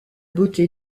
beauté